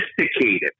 sophisticated